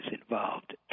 involved